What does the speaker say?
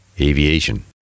aviation